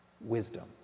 wisdom